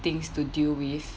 things to deal with